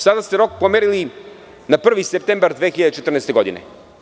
Sada ste rok pomerili na 1. septembar 2014. godine.